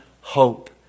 hope